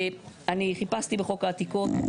אני חיפשתי בחוק העתיקות,